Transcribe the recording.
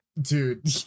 dude